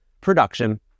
production